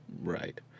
right